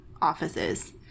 offices –